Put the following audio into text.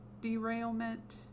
derailment